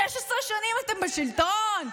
16 שנים אתם בשלטון,